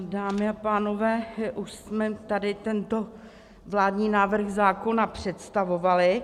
Dámy a pánové, už jsme tady tento vládní návrh zákona představovali.